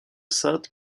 sainte